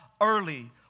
early